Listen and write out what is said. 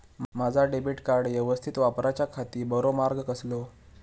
माजा debit card यवस्तीत वापराच्याखाती बरो मार्ग कसलो?